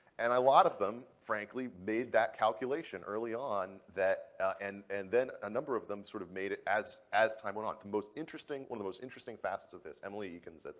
and a lot of them, frankly, made that calculation early on that and and then a number of them sort of made it as as time went on. the most interesting one the most interesting facets of this, emily ekins,